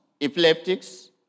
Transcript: epileptics